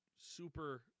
Super